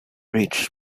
rich